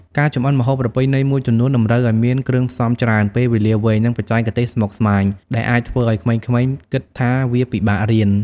ការចម្អិនម្ហូបប្រពៃណីមួយចំនួនតម្រូវឱ្យមានគ្រឿងផ្សំច្រើន ពេលវេលាវែង និងបច្ចេកទេសស្មុគស្មាញ ដែលអាចធ្វើឱ្យក្មេងៗគិតថាវាពិបាករៀន។